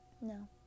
No